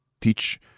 teach